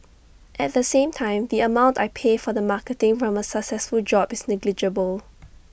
at the same time the amount I pay for the marketing from A successful job is negligible